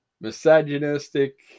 misogynistic